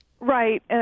Right